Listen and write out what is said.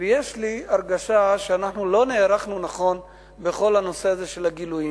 ויש לי הרגשה שאנחנו לא נערכנו נכון בכל הנושא הזה של הגילויים.